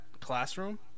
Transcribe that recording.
classroom